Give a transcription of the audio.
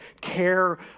care